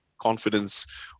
confidence